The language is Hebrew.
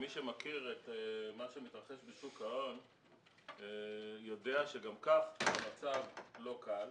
מי שמכיר את מה שמתרחש בשוק ההון יודע שגם כך המצב לא קל,